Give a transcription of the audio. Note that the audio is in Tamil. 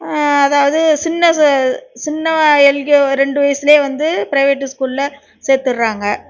அதாவது சின்ன சின்ன ரெண்டு வயசில் வந்து ப்ரைவேட்டு ஸ்கூலில் சேர்த்துட்றாங்க